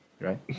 right